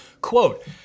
Quote